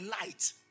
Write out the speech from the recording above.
light